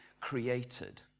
created